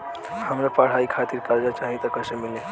हमरा पढ़ाई खातिर कर्जा चाही त कैसे मिली?